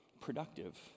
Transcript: productive